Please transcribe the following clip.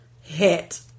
hit